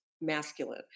masculine